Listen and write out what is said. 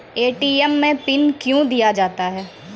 ATM मे pin कयो दिया जाता हैं?